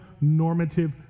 normative